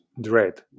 dread